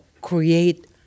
create